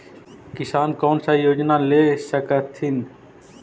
किसान कोन सा योजना ले स कथीन?